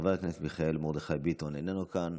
חבר הכנסת מיכאל מרדכי ביטון, איננו כאן,